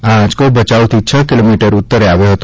આ આંચકો ભચાઉથી છ કિલોમીટર ઉત્તરે આવ્યો હતો